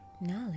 knowledge